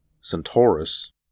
Centaurus